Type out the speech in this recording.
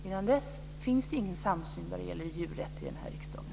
Innan dess finns ingen samsyn vad gäller djurrätt i den här riksdagen.